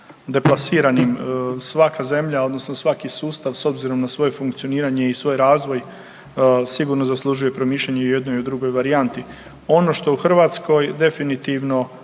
deplasiranim. Svaka zemlja odnosno svaki sustav s obzirom na svoje funkcioniranje i svoj razvoj sigurno zaslužuje promišljanje i o jednoj i o drugoj varijanti. Ono što u Hrvatskoj definitivno